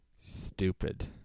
Stupid